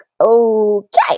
okay